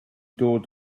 dod